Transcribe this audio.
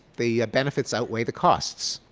the benefits outweigh the costs.